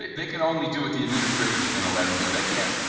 they they can only do what the administrators are going to let them do they can't.